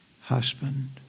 husband